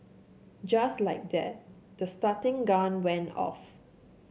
just like that the starting gun went off